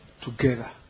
together